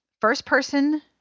first-person